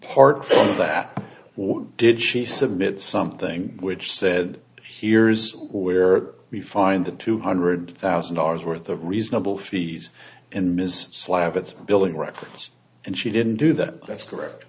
part of that what did she submit something which said here is where we find the two hundred thousand dollars worth of reasonable fees and ms slab it's billing records and she didn't do that that's correct